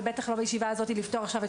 ובטח לא בישיבה הזאת לפתור עכשיו את